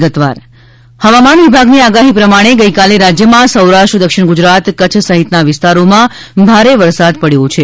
વરસાદ હવામાન વિભાગની આગાહી પ્રમાણે ગઇકાલે રાજ્યમાં સૌરાષ્ટ્ર દક્ષિણ ગુજરાત કચ્છ સહિતના વિસ્તારોમાં ભારે વરસાદ પડયો છે